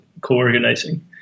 co-organizing